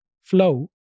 flow